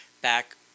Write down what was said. back